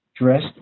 dressed